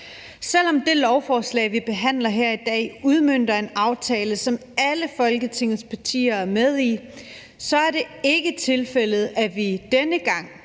Selv om det lovforslag, vi behandler her i dag, udmønter en aftale, som alle Folketingets partier er med i, så er det ikke tilfældet, at vi denne gang